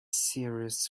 series